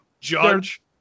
judge